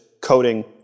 coding